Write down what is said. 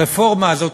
הרפורמה הזאת,